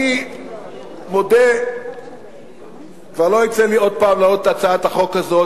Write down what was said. אני מודה שכבר לא יצא לי עוד פעם להעלות את הצעת החוק הזאת.